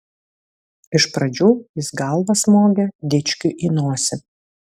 iš pradžių jis galva smogė dičkiui į nosį